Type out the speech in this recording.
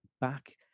back